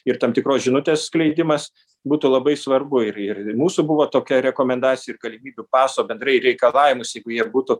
ir tam tikros žinutės skleidimas būtų labai svarbu ir ir mūsų buvo tokia rekomendacija ir galimybių paso bendrai reikalavimus jeigu jie būtų